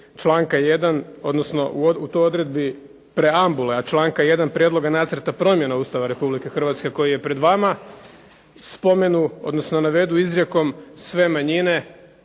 članka 1., odnosno u toj odredbi preambule, a članka 1. Prijedloga Nacrta promjena Ustava Republike Hrvatske koji je pred vama spomenu, odnosno navedu izrijekom sve manjine,